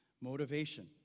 Motivation